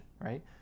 right